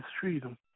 freedom